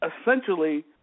essentially